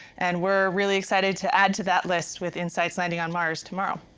and we're really excited to add to that list with insight's landing on mars tomorrow.